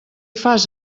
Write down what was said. fas